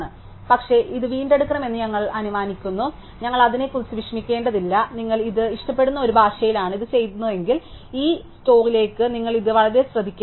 പക്ഷേ ഇത് വീണ്ടെടുക്കണമെന്ന് ഞങ്ങൾ അനുമാനിക്കുന്നു ഞങ്ങൾ അതിനെക്കുറിച്ച് വിഷമിക്കേണ്ടതില്ല നിങ്ങൾ ഇത് ഇഷ്ടപ്പെടുന്ന ഒരു ഭാഷയിലാണ് ഇത് ചെയ്യുന്നതെങ്കിൽ ഈ സ്റ്റോറിലേക്ക് നിങ്ങൾ ഇത് വളരെ ശ്രദ്ധിക്കേണ്ടതുണ്ട്